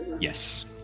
Yes